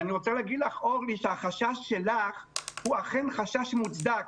ואני רוצה לומר לך אורלי שהחשש שלך הוא אכן חשש מוצדק.